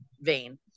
vein